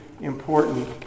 important